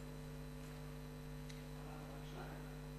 רק שניים?